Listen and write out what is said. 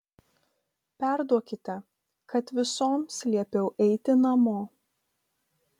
perduokite kad visoms liepiau eiti namo